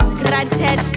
granted